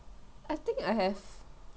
I think I have